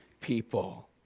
people